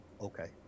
okay